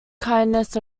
kindness